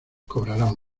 cobrarán